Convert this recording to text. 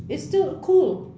it's still cool